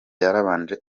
yarabanje